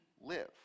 live